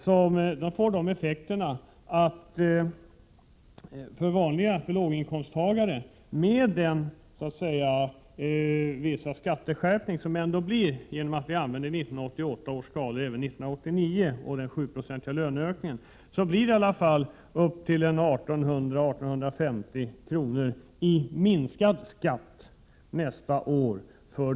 Detta får den effekten för låginkomsttagarna, trots den skatteskärpning som ändå sker genom att vi använder 1988 års skatteskalor även år 1989 och genom den 7-procentiga löneökningen, att det blir ca 1 800 kr. i minskad skatt nästa år.